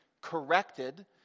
corrected